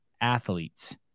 athletes